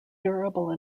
durable